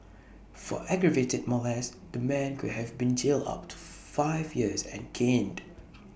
for aggravated molest the man could have been jailed up to five years and caned